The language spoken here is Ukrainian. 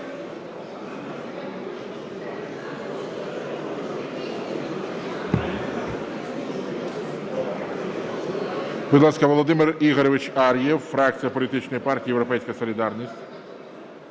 Будь ласка, Володимир Ігорович Ар'єв, фракція політичної партії "Європейська солідарність".